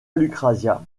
lucrezia